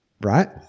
right